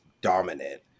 dominant